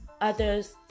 others